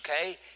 okay